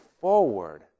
forward